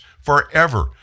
forever